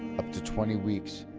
up to twenty weeks,